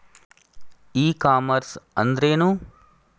E commerce ಅಂದ್ರೇನು?